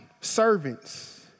servants